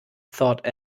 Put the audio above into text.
thought